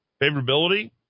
favorability